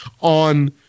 on